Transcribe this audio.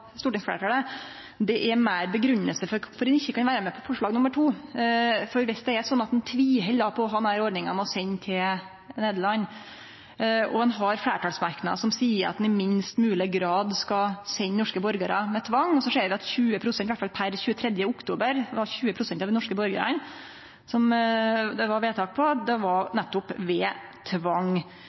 stortingsfleirtalet, er meir grunngjeving for kvifor ein ikkje kan vere med på forslag nr. 2. Viss det er slik at ein tviheld på denne ordninga med å sende til Nederland, ein har fleirtalsmerknader som seier at ein i minst mogleg grad skal sende norske borgarar med tvang, og vi ser at iallfall per 23. oktober var 20 pst. av dei norske borgarane som det var vedtak på, nettopp sende ved tvang,